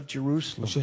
Jerusalem